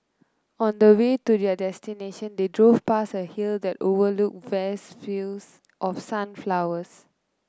on the way to their destination they drove past a hill that overlooked vast fields of sunflowers